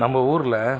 நம்ம ஊரில்